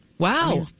Wow